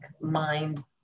mind